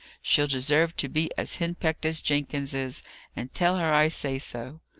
she'll deserve to be as henpecked as jenkins is and tell her i say so.